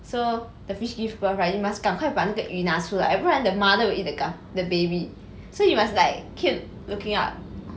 so the fish give birth right you must 赶快把那个鱼拿出来要不然 the mother will eat the gupp~ the baby so you must like keep looking up